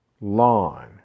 lawn